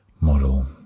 Model